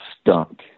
stunk